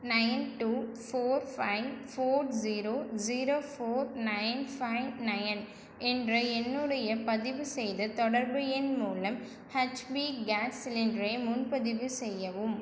nine two four five four zero zero four nine five nine என்ற என்னுடைய பதிவுசெய்த தொடர்பு எண் மூலம் ஹெச்பி கேஸ் சிலிண்டரை முன்பதிவு செய்யவும்